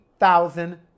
thousand